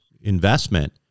investment